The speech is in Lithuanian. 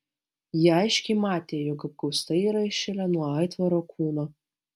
ji aiškiai matė jog apkaustai yra įšilę nuo aitvaro kūno